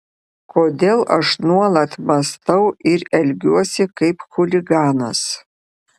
kodėl aš nuolat mąstau ir elgiuosi kaip chuliganas